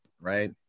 right